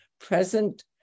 present